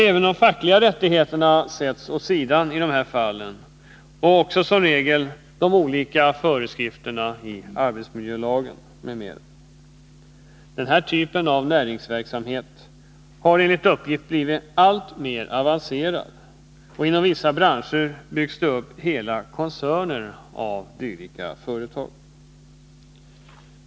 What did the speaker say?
Även de fackliga rättigheterna sätts åt sidan i dessa fall och också som regel de olika föreskrifterna i arbetsmiljölagen m.m. Denna typ av näringsverksamhet har enligt uppgift blivit alltmer avancerad. Inom vissa branscher byggs det upp hela koncerner av dylika företag.